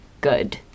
good